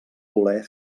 voler